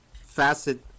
facet